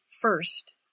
first